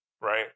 Right